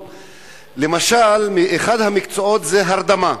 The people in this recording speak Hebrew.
למשל, אחד המקצועות זה הרדמה.